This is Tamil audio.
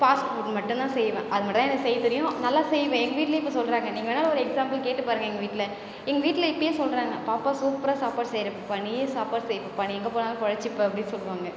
ஃபாஸ்ட்ஃபுட் மட்டுந்தான் செய்வேன் அது மட்டுந்தான் எனக்கு செய்ய தெரியும் நல்லா செய்வேன் எங்கள் வீட்லேயும் இப்போ சொல்கிறாங்க நீங்கள் வேணாலும் ஒரு எக்ஸாம்பிள் கேட்டு பாருங்க எங்கள் வீட்டில் எங்கள் வீட்டில் இப்போயே சொல்கிறாங்க பாப்பா சூப்பராக சாப்பாடு செய்கிற பாப்பா நீயே சாப்பாடு செய் பாப்பா நீ எங்க போனாலும் பொழச்சுப்ப அப்படின்னு சொல்லுவாங்க